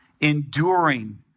enduring